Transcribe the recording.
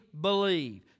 believe